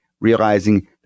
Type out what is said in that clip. realizing